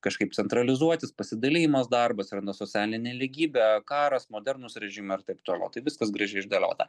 kažkaip centralizuotis pasidalijimas darbo atsiranda socialinė nelygybė karas modernūs režimai ir taip toliau tai viskas gražiai išdėliota